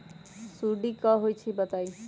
सुडी क होई छई बताई?